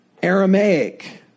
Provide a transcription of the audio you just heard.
Aramaic